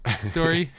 story